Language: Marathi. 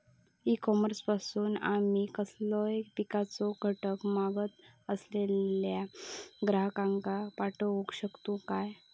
ई कॉमर्स पासून आमी कसलोय पिकाचो घटक मागत असलेल्या ग्राहकाक पाठउक शकतू काय?